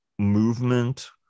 Movement